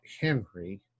Henry